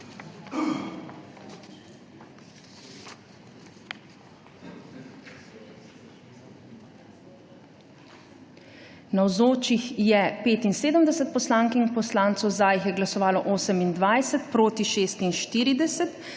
Navzočih je 75 poslank in poslancev, za je glasovalo 28, proti 46.